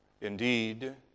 Indeed